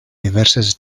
diverses